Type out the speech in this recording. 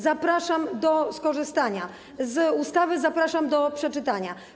Zapraszam do skorzystania z ustawy, zapraszam do przeczytania.